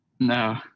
No